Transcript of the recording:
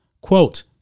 quote